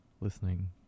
listening